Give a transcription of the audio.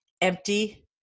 empty